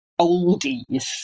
oldies